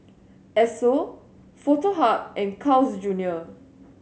Esso Foto Hub and Carl's Junior